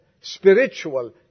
spiritual